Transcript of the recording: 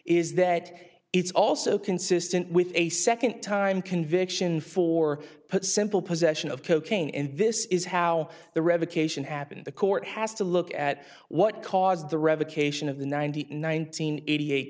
is that it's also consistent with a second time conviction for simple possession of cocaine and this is how the revocation happened the court has to look at what caused the revocation of the ninety nine hundred eighty eight